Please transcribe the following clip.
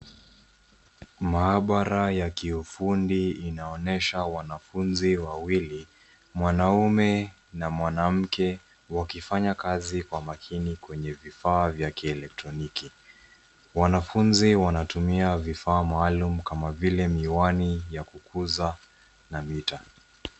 Maabara ya kiufundi inaonyesha wanafunzi wawili, mwanaume na mwanamke wakifanya kazi kwa makini kwenye vifaa vya kieletroniki. Wanafunzi wanatumia vifaa maalum kama vile miwani ya kukuza na mita.